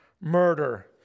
murder